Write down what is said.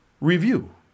review